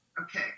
Okay